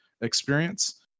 experience